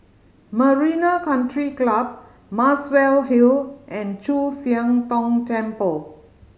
Marina Country Club Muswell Hill and Chu Siang Tong Temple